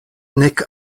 nek